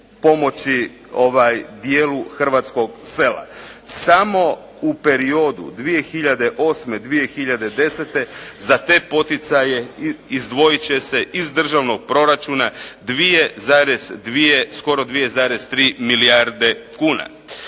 pomoći dijelu hrvatskog sela. Samo u periodu 2008., 2010. za te poticaje izdvojit će se iz državnog proračuna 2,2 skoro 2,3 milijarde kuna.